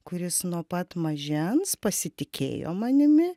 kuris nuo pat mažens pasitikėjo manimi